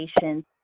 patients